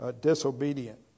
disobedient